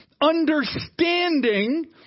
understanding